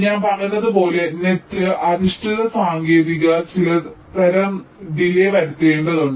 ഞാൻ പറഞ്ഞതുപോലെ നെറ്റ് അധിഷ്ഠിത സാങ്കേതികത നിങ്ങൾ ചിലതരം ഡിലെ വരുത്തേണ്ടതുണ്ട്